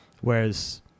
whereas